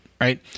Right